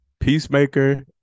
peacemaker